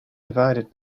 divided